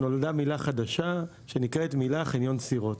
נולדה מילה חדשה: חניון סירות.